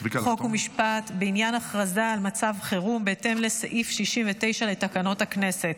חוק ומשפט בעניין הכרזה על מצב חירום בהתאם לסעיף 69 לתקנות הכנסת.